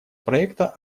проекта